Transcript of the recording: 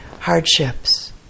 hardships